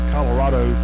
Colorado